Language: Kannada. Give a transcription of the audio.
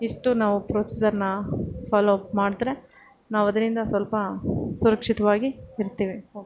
ಇಷ್ಟು ನಾವು ಪ್ರೊಸಿಜರ್ನ ಫಾಲೋ ಅಪ್ ಮಾಡಿದ್ರೆ ನಾವದರಿಂದ ಸ್ವಲ್ಪ ಸುರಕ್ಷಿತವಾಗಿ ಇರ್ತೀವಿ ಓಕೆ